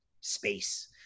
space